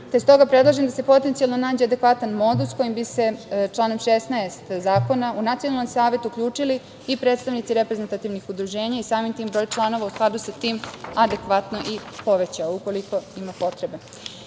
te stoga predlažem da se potencijalno nađe adekvatan modus kojim bi se članom 16. Zakona u Nacionalni savet uključili i predstavnici reprezentativnih udruženja i samim tim broj članova u skladu sa tim adekvatno i povećao, ukoliko ima potrebe. Imajući